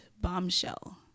bombshell